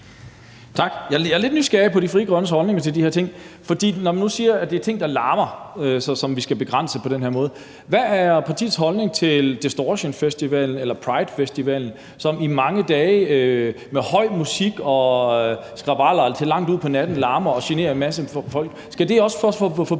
Tak. Jeg er lidt nysgerrig med hensyn til Frie Grønnes holdning til de her ting, for man siger, at det er ting, der larmer, som vi skal begrænse på den her måde. Hvad er partiets holdning til Distortionfestivallen eller Pridefestivallen, som i mange dage med høj musik og rabalder til langt ud på natten larmer og generer en masse folk? Skal det også forbydes,